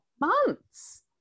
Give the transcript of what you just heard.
months